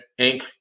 Inc